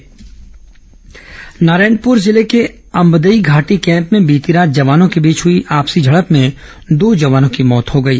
जवान फायरिंग मौत नारायणपुर जिले के अम्बदई घाटी कैम्प में बीती रात जवानों के बीच हुई आपसी झड़प में दो जवानों की मौत हो गई